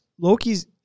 Loki's